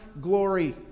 glory